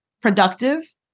productive